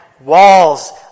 walls